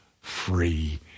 free